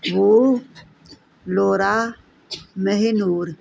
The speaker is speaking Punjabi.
ਬੂ ਲੋਰਾ ਮੇਹਿਨੂਰ